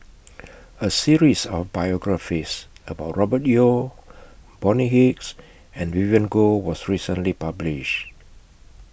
A series of biographies about Robert Yeo Bonny Hicks and Vivien Goh was recently published